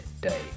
Day